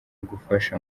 gufasha